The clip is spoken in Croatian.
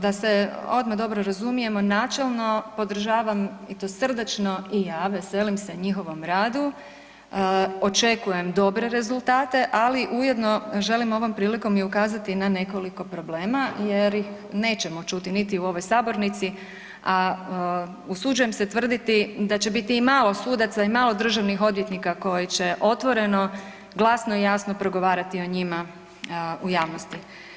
Da se odmah dobro razumijemo, načelno podržavam i to srdačno i ja, veselim se njihovom radu, očekujem dobre rezultate, ali ujedno želim ovom prilikom i ukazati na nekoliko problema jer ih nećemo čuti niti u ovoj sabornici, a usuđujem se tvrditi da će biti i malo sudaca i malo državnih odvjetnika koji će otvoreni, glasno i jasno progovarati o njima u javnosti.